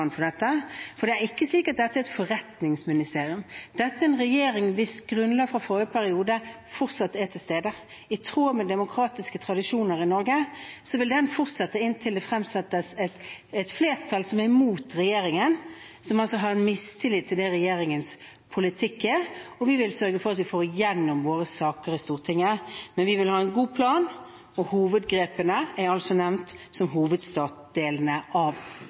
en regjering hvis grunnlag fra forrige periode fortsatt er til stede. I tråd med demokratiske tradisjoner i Norge vil den fortsette inntil det fremsettes et flertall som er imot regjeringen, som altså har mistillit til det som er regjeringens politikk. Vi vil sørge for at vi får igjennom våre saker i Stortinget, men vi vil ha en god plan, og hovedgrepene er altså nevnt som hoveddelene av